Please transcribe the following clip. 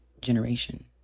generation